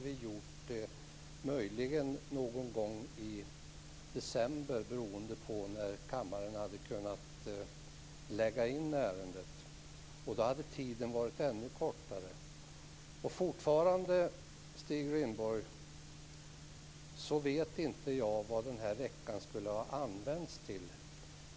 Vi skulle möjligen stå där i december, beroende på när kammaren hade kunnat lägga in ärendet på dagordningen. Då hade det varit ännu kortare tid. Jag vet fortfarande inte vad veckan skulle ha använts till.